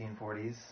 1940s